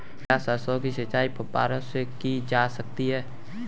क्या सरसों की सिंचाई फुब्बारों से की जा सकती है?